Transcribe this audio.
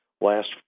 last